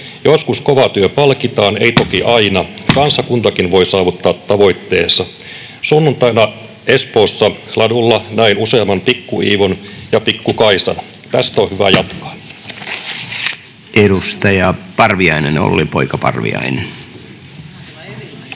Joskus kova työ palkitaan, ei toki aina. Kansakuntakin voi saavuttaa tavoitteensa. Sunnuntaina Espoossa ladulla näin useamman pikku-Iivon ja pikku-Kaisan. Tästä on hyvä jatkaa. Arvoisa puhemies!